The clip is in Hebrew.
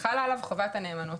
חלה עליו חובת הנאמנות.